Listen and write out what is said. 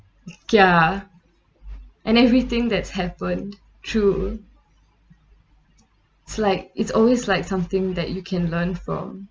ya and everything that's happened true it's like it's always like something that you can learn from